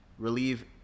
relieve